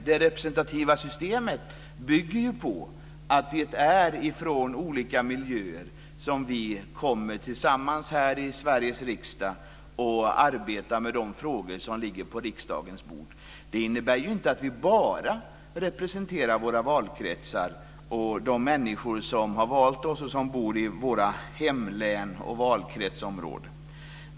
Det representativa systemet bygger nämligen på att det är från olika miljöer som vi kommer tillsammans här i Sveriges riksdag och arbetar med de frågor som ligger på riksdagens bord. Det innebär ju inte att vi bara representerar våra valkretsar och de människor som har valt oss och som bor i våra hemlän och valkretsområden.